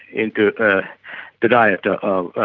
into ah the diet of